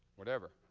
whatever.